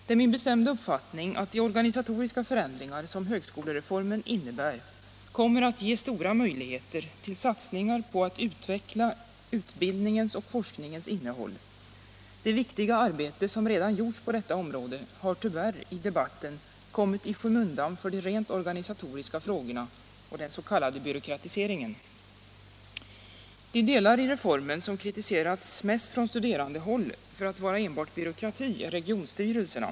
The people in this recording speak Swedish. Det är min bestämda uppfattning att de organisatoriska förändringar som högskolereformen innebär kommer att ge stora möjligheter till satsningar på att utveckla utbildningens och forskningens innehåll och former. Det viktiga arbete som redan gjorts på detta område har tyvärr i debatten kommit i skymundan för de rent organisatoriska frågorna, den s.k. byråkratiseringen. En av de delar i reformen som kritiserats mest från studerandehåll för att enbart vara byråkrati är regionsstyrelserna.